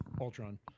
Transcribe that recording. Ultron